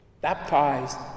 Baptized